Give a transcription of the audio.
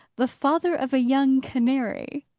the father of a young canary.